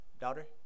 daughter